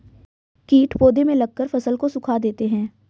कीट पौधे में लगकर फसल को सुखा देते हैं